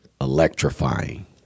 electrifying